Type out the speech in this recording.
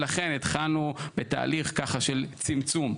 ולכן התחלנו בתהליך ככה של צמצום,